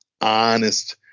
honest